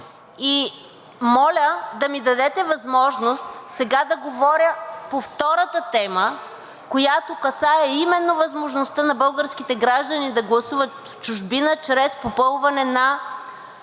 Моля да ми дадете възможност сега да говоря по втората тема, която касае именно възможността на българските граждани да гласуват в чужбина чрез попълване на